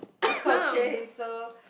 okay so